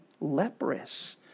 leprous